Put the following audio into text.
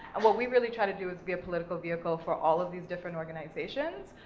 and what we really try to do is be a political vehicle for all of these different organizations.